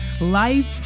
Life